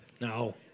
No